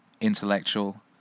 intellectual